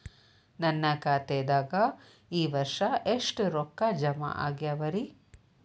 ನನ್ನ ಖಾತೆದಾಗ ಈ ವರ್ಷ ಎಷ್ಟು ರೊಕ್ಕ ಜಮಾ ಆಗ್ಯಾವರಿ?